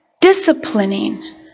disciplining